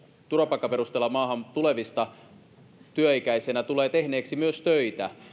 turvapaikkaperusteella maahan tulevista tulee tehneeksi myös töitä